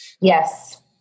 Yes